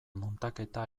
muntaketa